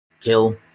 kill